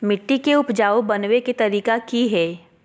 मिट्टी के उपजाऊ बनबे के तरिका की हेय?